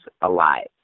alive